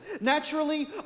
Naturally